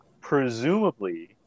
Presumably